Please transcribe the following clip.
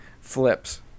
flips